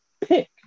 Pick